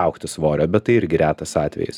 augti svorio bet tai irgi retas atvejis